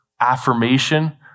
affirmation